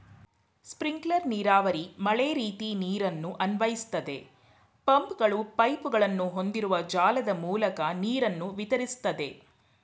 sprinkler ನೀರಾವರಿ ಮಳೆರೀತಿ ನೀರನ್ನು ಅನ್ವಯಿಸ್ತದೆ ಪಂಪ್ಗಳು ಪೈಪ್ಗಳನ್ನು ಹೊಂದಿರುವ ಜಾಲದ ಮೂಲಕ ನೀರನ್ನು ವಿತರಿಸ್ತದೆ